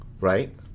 Right